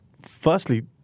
firstly